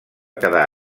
quedar